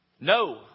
No